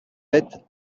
bêtes